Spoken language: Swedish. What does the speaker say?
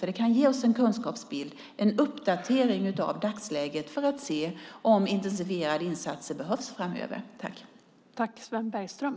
Det kan ge oss en kunskapsbild, en uppdatering av dagsläget, så att vi kan se om det behövs intensifierade insatser framöver.